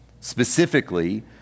Specifically